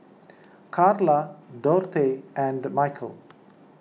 Karla Dorthey and Michal